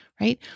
right